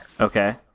okay